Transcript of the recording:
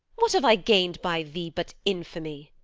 what have i gain'd by thee, but infamy?